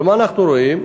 אבל מה אנחנו רואים?